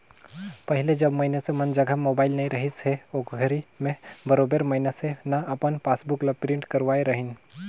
पहिले जब मइनसे मन जघा मोबाईल नइ रहिस हे ओघरी में बरोबर मइनसे न अपन पासबुक ल प्रिंट करवाय रहीन